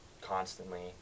constantly